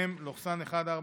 מ/1486.